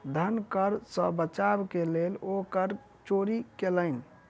धन कर सॅ बचाव के लेल ओ कर चोरी कयलैन